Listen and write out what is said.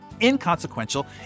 inconsequential